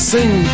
Sing